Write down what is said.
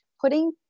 putting